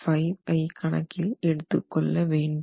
5 ஐ கணக்கில் எடுத்துக்கொள்ள வேண்டும்